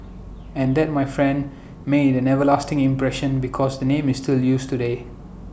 and that my friend made an everlasting impression because the name is still used today